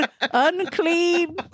unclean